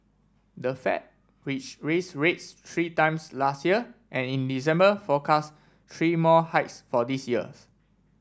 the Fed which raised rates three times last year and in December forecast three more hikes for this years